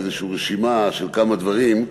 איזושהי רשימה של כמה דברים,